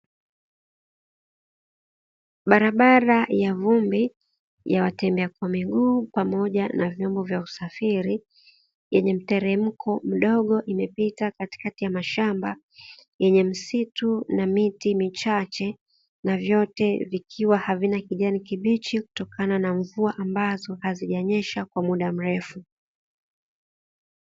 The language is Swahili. Barabara ya vumbi ya watembea kwa miguu pamoja na vyombo vya kusafiri yenye mteremko mdogo imepita katikati ya mashamba yenye msitu na miti michache, na vyote vikiwa havina kijani kibichi kutokana na mvua ambazo hazijanyesha kwa muda mrefu.